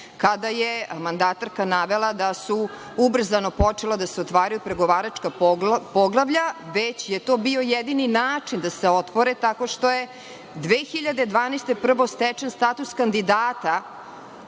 kada je mandatarka navela da su ubrzano počela da se otvaraju pregovaračka poglavlja, već je to bio jedini način da se otvore, tako što je 2012. godine prvo stečen status kandidata